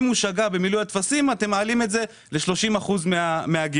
ואם הוא שגה במילוי הטפסים אתם מעלים את זה ל-30 אחוזים מהגירעון.